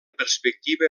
perspectiva